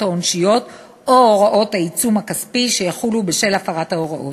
העונשיות או הוראות העיצום הכספי שיחולו בשל הפרת ההוראות.